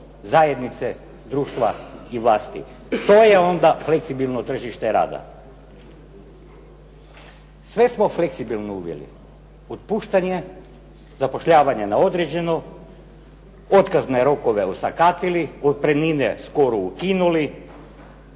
zajednice društva i vlasti. To je onda fleksibilno tržište rada. Sve smo fleksibilno uveli, otpuštanje, zapošljavanje na određeno, otkazne rokove osakatili, otpremnine skoro ukinuli,